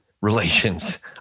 relations